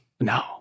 No